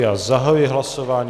Já zahajuji hlasování.